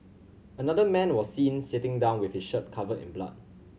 another man was seen sitting down with his shirt covered in blood